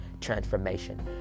transformation